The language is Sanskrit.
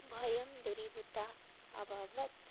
भयं दूरीभूता अभवत्